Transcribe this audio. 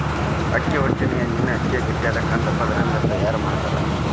ಅಕ್ಕಿ ಹೊಟ್ಟಿನ ಎಣ್ಣಿನ ಅಕ್ಕಿಯ ಗಟ್ಟಿಯಾದ ಕಂದ ಪದರದಿಂದ ತಯಾರ್ ಮಾಡ್ತಾರ